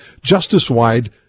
justice-wide